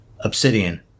Obsidian